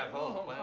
oh,